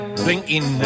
blinking